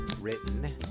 written